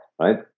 Right